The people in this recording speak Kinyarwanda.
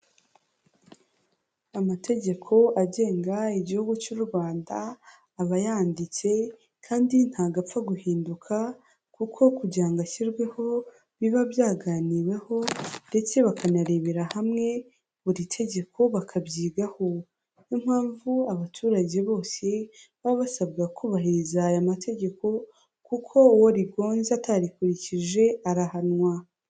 Amategeko agenga igihugu cy'u Rwanda, aba yanyanditse kandi ntabwo apfa guhinduka kuko kugira ngo ashyirweho, biba byaganiweho, ndetse bakanarebera hamwe, buri tegeko bakabyigaho. Niyo mpamvu abaturage bose baba basabwa kubahiriza aya mategeko, kuko uwo rigonze atarikurikije arahanwa.